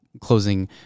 closing